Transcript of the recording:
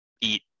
eat